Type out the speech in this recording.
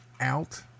out